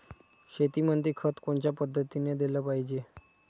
शेतीमंदी खत कोनच्या पद्धतीने देलं पाहिजे?